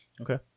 Okay